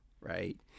right